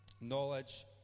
knowledge